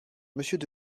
monsieur